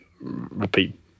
repeat